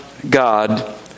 God